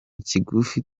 kigufi